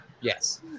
Yes